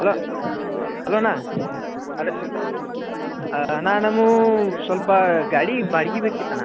hello hello ಅಣ್ಣ ಅದು ಅಣ್ಣ ನಾವು ಸ್ವಲ್ಪ ಗಾಡಿ ಬಾಡ್ಗೆ ಬೇಕಿತ್ತಣ್ಣ